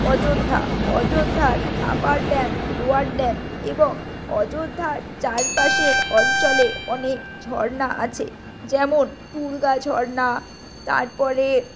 অযোধ্যা অযোধ্যার upper dam lower dam এবং অযোধ্যার চারপাশের অঞ্চলে অনেক ঝরনা আছে যেমন টুরগা ঝরনা তারপরে